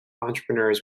entrepreneurs